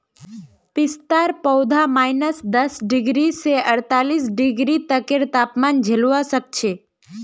पिस्तार पौधा माइनस दस डिग्री स अड़तालीस डिग्री तकेर तापमान झेलवा सख छ